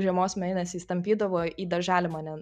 žiemos mėnesiais tampydavo į darželį mane